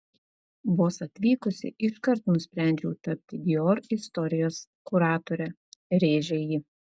vos atvykusi iškart nusprendžiau tapti dior istorijos kuratore rėžė ji